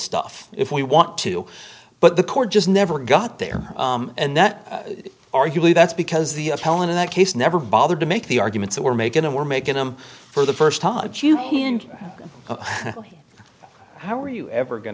stuff if we want to but the court just never got there and that arguably that's because the appellant in that case never bothered to make the arguments that were making and were making them for the first time in how are you ever going